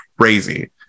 crazy